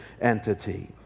entity